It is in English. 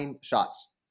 shots